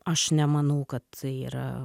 aš nemanau kad tai yra